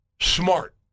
Smart